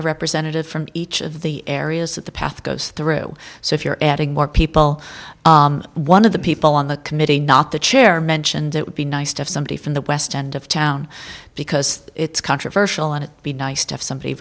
a representative from each of the areas that the path goes through so if you're adding more people one of the people on the committee not the chair mentioned it would be nice to have somebody from the west end of town because it's controversial and it be nice to have somebody